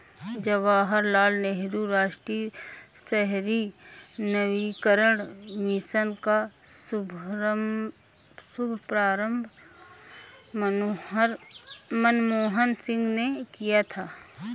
जवाहर लाल नेहरू राष्ट्रीय शहरी नवीकरण मिशन का शुभारम्भ मनमोहन सिंह ने किया था